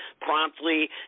promptly